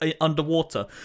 underwater